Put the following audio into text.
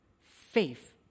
Faith